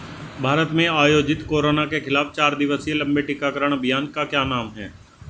भारत में आयोजित कोरोना के खिलाफ चार दिवसीय लंबे टीकाकरण अभियान का क्या नाम है?